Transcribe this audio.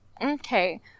Okay